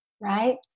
right